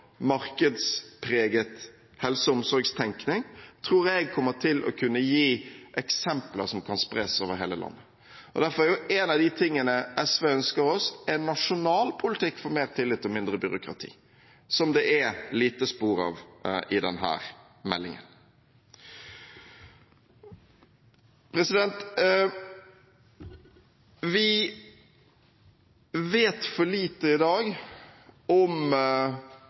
markedspreget helse- og omsorgstenkning, tror jeg kommer til å kunne gi eksempler som kan spres over hele landet. Derfor er en av de tingene SV ønsker seg, en nasjonal politikk for mer tillit og mindre byråkrati, som det er lite spor av i denne meldingen. Vi vet for lite i dag om